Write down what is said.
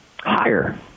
higher